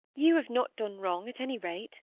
you have not done wrong, at any rate